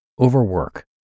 Overwork